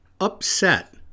upset